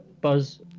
Buzz